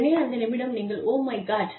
உடனே அந்த நிமிடம் நீங்கள் 'ஓ மை காட்